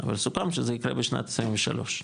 אבל סוכם שזה יהיה בשנת 23,